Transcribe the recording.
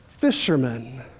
fishermen